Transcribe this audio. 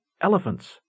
elephants